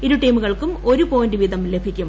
ഇരു ടീമുകൾക്കും ഒരു പോയിന്റ് വീതം ലഭിക്കും